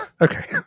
okay